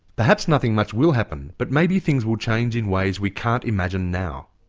perhaps nothing much will happen, but maybe things will change in ways we can't imagine now.